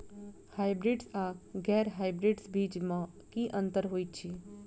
Hybrids आ गैर hybrids बीज म की अंतर होइ अछि?